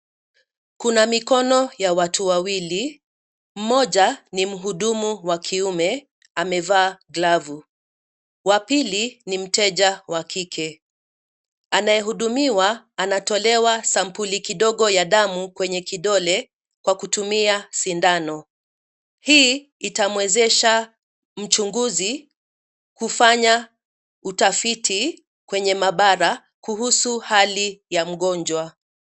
Kuna mikono ya watu wawili, mmoja ni mhudumu wa kiume amevaa glavu. Wa pili ni mteja wa kike. Anayehudumiwa anatolewa sampuli kidogo ya damu kwenye kidole kwa kutumia sindano. Hii itamwezesha mchunguzi kufanya utafiti kwenye maabara kuhusu hali ya mgonjwa.